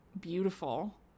beautiful